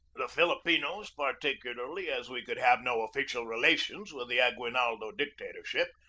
the filipinos, particularly as we could have no official relations with the aguinaldo dictatorship,